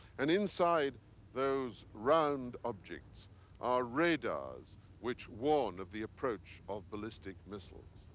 and inside those round objects are radars which warn of the approach of ballistic missiles.